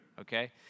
Okay